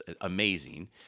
amazing